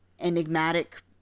enigmatic